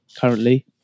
currently